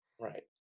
Right